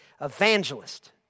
evangelist